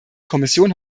kommission